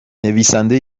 نویسنده